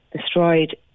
destroyed